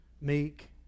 meek